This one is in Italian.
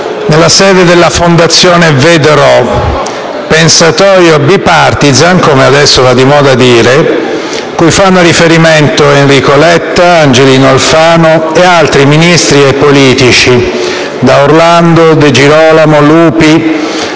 nella sede della fondazione VeDrò, pensatoio *bipartisan* - come adesso va di moda dire - cui fanno riferimento Enrico Letta, Angelino Alfano e altri Ministri e politici: da Orlando, De Girolamo, Lupi,